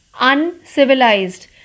Uncivilized